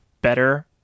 better